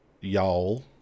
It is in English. y'all